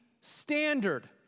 standard